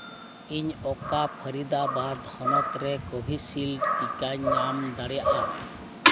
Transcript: ᱤᱧ ᱚᱠᱟ ᱯᱷᱟᱨᱤᱫᱟᱵᱟᱫ ᱦᱚᱱᱚᱛ ᱨᱮ ᱠᱳᱵᱷᱤᱥᱤᱞᱰ ᱴᱤᱠᱟᱧ ᱧᱟᱢ ᱫᱟᱲᱮᱭᱟᱜᱼᱟ